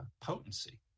potency